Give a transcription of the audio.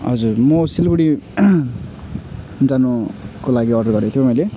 हजुर म सिलगढी जानको लागि अर्डर गरेको थियो मैले